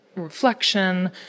reflection